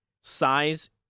size